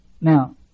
Now